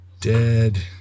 dead